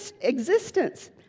existence